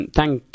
thank